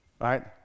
right